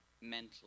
mentally